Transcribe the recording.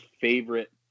favorite